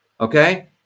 okay